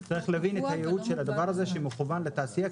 --- צריך להבין את הייעוד של הדבר הזה שמכוון לתעשייה,